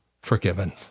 forgiven